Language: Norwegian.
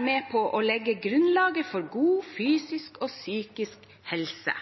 med på å legge grunnlaget for god fysisk og psykisk helse.»